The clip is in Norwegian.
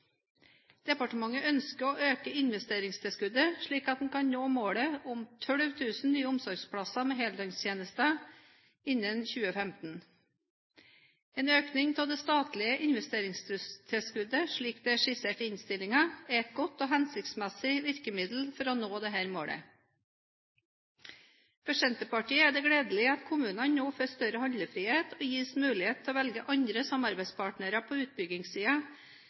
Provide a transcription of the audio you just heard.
Departementet ønsker å øke investeringstilskuddet, slik at en kan nå målet om 12 000 nye omsorgsplasser med heldøgnstjenester innen 2015. En økning av det statlige investeringstilskuddet, slik det er skissert i innstillingen, er et godt og hensiktsmessig virkemiddel for å nå dette målet. For Senterpartiet er det gledelig at kommunene nå får større handlefrihet og gis mulighet til å velge andre samarbeidspartnere på